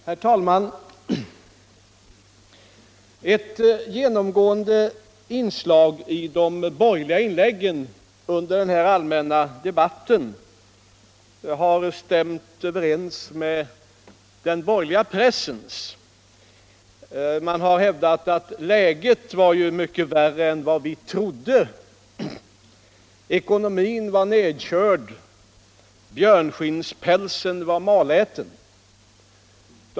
Herr talman! Ett genomgående inslag i de borgerliga inläggen under denna allmänpolitiska debatt har stämt överens med den borgerliga pressen. Man har hävdat att läget var mycket värre än man hade trott. Ekonomin var nedkörd. Björnskinnspälsen var maläten.